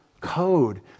code